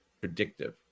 predictive